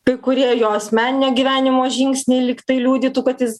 kai kurie jo asmeninio gyvenimo žingsniai lyg tai liudytų kad jis